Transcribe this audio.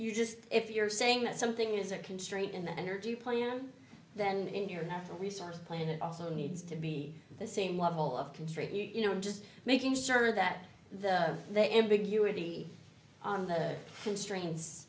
you just if you're saying that something is a constraint in the energy plan then in your natural resource plan it also needs to be the same level of control you know just making sure that the the ambiguity of the constraints